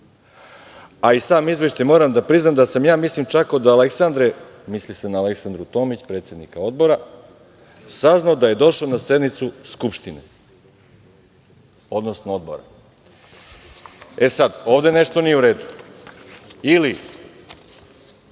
a i sam izveštaj, moram da priznam, da sam ja mislim čekao od Aleksandre, misli se na Aleksandru Tomić, predsednik Odbora, saznao da je došao na sednicu Skupštine, odnosno Odbora. Ovde nešto nije u redu – ili,